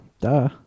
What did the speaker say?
Duh